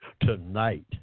tonight